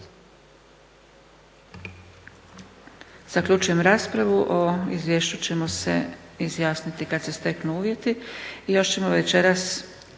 Zaključujem raspravu. O ovom izvješću ćemo se izjasniti kad se steknu uvjeti.